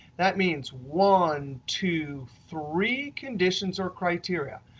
that means one, two, three conditions or criteria.